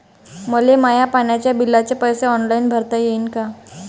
मले माया पाण्याच्या बिलाचे पैसे ऑनलाईन भरता येईन का?